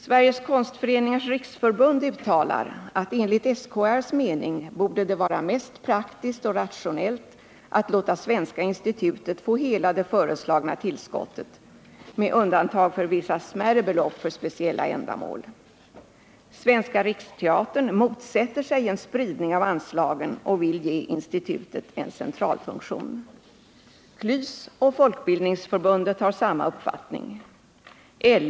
Sveriges konstföreningars riksförbund uttalar att enligt SKR:s mening borde det vara mest praktiskt och rationellt att låta Svenska institutet få hela det föreslagna beloppet — med undantag för vissa smärre belopp för speciella ändamål. Svenska riksteatern motsätter sig en spridning av anslagen och vill ge institutet en centralfunktion. KLYS och Folkbildningsförbundet har samma uppfattning.